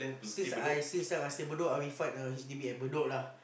since I since young I stay Bedok I will find a H_D_B at Bedok lah